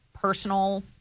personal